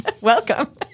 Welcome